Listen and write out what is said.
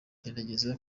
gerageza